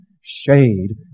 shade